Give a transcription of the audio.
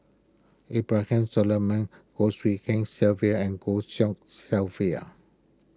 Abraham Solomon Goh Tshin Sylvia and Goh Tshin Sylvia